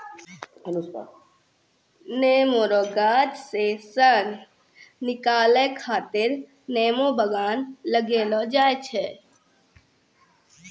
नेमो रो गाछ से सन निकालै खातीर नेमो बगान लगैलो जाय छै